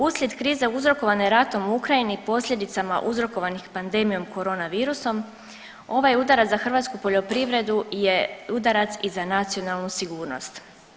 Uslijed krize uzrokovane ratom u Ukrajini, posljedicama uzrokovanih pandemijom corona virusom ovaj udarac za hrvatsku poljoprivredu je udarac i za nacionalnu sigurnost.